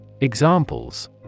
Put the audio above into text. Examples